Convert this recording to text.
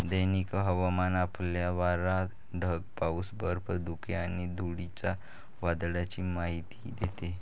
दैनंदिन हवामान आपल्याला वारा, ढग, पाऊस, बर्फ, धुके आणि धुळीच्या वादळाची माहिती देते